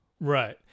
right